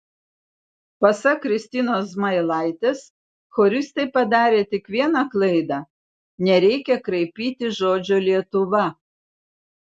pasak kristinos zmailaitės choristai padarė tik vieną klaidą nereikia kraipyti žodžio lietuva